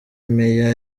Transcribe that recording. meya